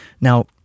Now